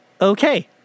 okay